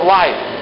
life